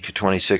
26